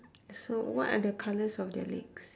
so what are the colours of their legs